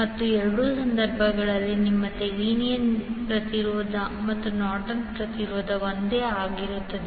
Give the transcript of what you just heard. ಮತ್ತು ಎರಡೂ ಸಂದರ್ಭಗಳಲ್ಲಿ ನಿಮ್ಮ ಥೆವೆನಿನ್ನ ಪ್ರತಿರೋಧ ಮತ್ತು ನಾರ್ಟನ್ನ ಪ್ರತಿರೋಧ ಒಂದೇ ಆಗಿರುತ್ತದೆ